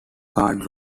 card